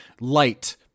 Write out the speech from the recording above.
light